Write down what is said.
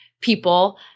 people